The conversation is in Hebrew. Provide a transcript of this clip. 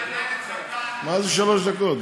מה זה שלוש דקות?